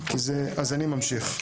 אז אני ממשיך.